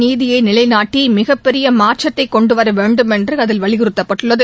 நீதியைநிலைநாட்டிமிகப்பெரியமாற்றத்தைகொண்டுவரவேண்டும் சமூக என்றுஅதில் வலியுறுத்தப்பட்டுள்ளது